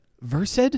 versed